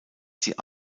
sie